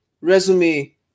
resume